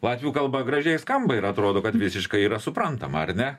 latvių kalba gražiai skamba ir atrodo kad visiškai yra suprantama ar ne